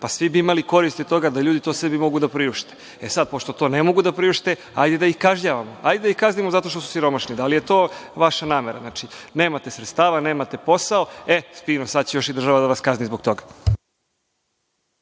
i svi bi imali koristi od toga da ljudi to sebi mogu da priušte. Pošto to ne mogu da priušte, ajde da ih kažnjavamo. Hajde da ih kaznimo zato što su siromašni? Da li je to vaša namera? Znači, nemate sredstava, nemate posao, fino, sad će još i država da vas kazni zbog toga.